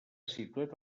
situat